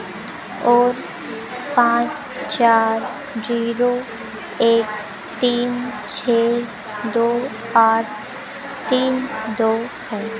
और पाँच चार जीरो एक तीन छः दो आठ तीन दो है